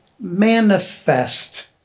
manifest